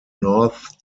north